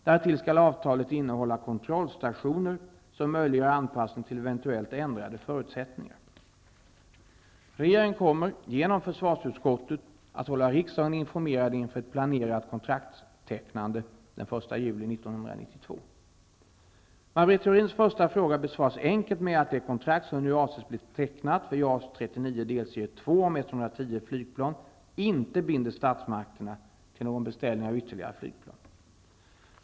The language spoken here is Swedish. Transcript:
Därtill skall avtalet innehålla kontrollstationer som möjliggör anpassning till eventuellt ändrade förutsättningar. Regeringen kommer, genom försvarsutskottet, att hålla riksdagen informerad inför ett planerat kontraktstecknande den 1 juli 1992. Maj Britt Theorins första fråga besvaras enkelt med att det kontrakt som nu avses bli tecknat för JAS 39 delserie 2 om 110 flygplan inte binder statsmakterna till någon beställning av ytterligare flygplan.